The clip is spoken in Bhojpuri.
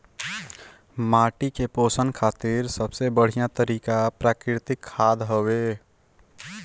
माटी के पोषण खातिर सबसे बढ़िया तरिका प्राकृतिक खाद हवे